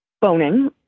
boning